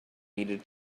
needed